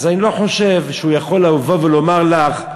אז אני לא חושב שהוא יכול לבוא ולומר לך,